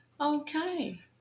Okay